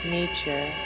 nature